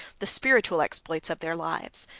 the spiritual exploits of their lives.